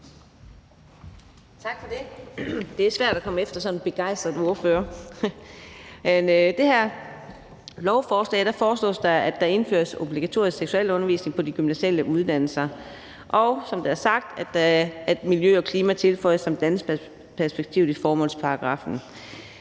Tak for det. Det er svært at komme efter sådan en begejstret ordfører. Med det her lovforslag foreslås der, at der indføres obligatorisk seksualundervisning på de gymnasiale uddannelser, og at miljø og klima tilføjes som en del af dannelsesperspektivet i formålsparagraffen.